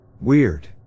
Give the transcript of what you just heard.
Weird